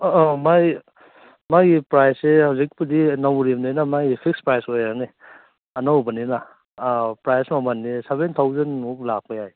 ꯑꯧ ꯑꯧ ꯃꯥꯏꯒꯤ ꯄ꯭ꯔꯥꯏꯖꯁꯦ ꯍꯧꯖꯤꯛꯄꯨꯗꯤ ꯅꯧꯔꯤꯕꯅꯤꯅ ꯃꯥꯒꯤ ꯐꯤꯛꯁ ꯄ꯭ꯔꯥꯏꯁ ꯑꯣꯏꯔꯅꯤ ꯍꯥꯏꯕꯅꯤ ꯑꯅꯧꯕꯅꯤꯅ ꯑꯅꯧꯕꯅꯤꯅ ꯄ꯭ꯔꯥꯏꯖꯇꯨ ꯃꯃꯟꯗꯤ ꯁꯕꯦꯟ ꯊꯥꯎꯖꯟꯃꯨꯛ ꯂꯥꯛꯄ ꯌꯥꯏ